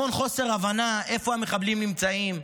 המון חוסר הבנה איפה המחבלים נמצאים,